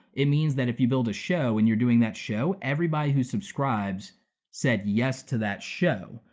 it means that if you build a show and you're doing that show everybody who subscribes said yes to that show.